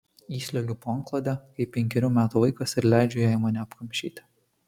įsliuogiu po antklode kaip penkerių metų vaikas ir leidžiu jai mane apkamšyti